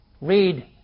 Read